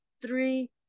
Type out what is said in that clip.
three